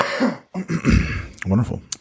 Wonderful